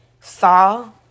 saw